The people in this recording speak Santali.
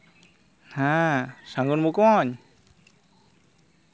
ᱦᱮᱸ ᱥᱟᱹᱜᱩᱱ ᱵᱚᱠᱚᱧ